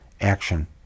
Action